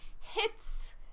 hits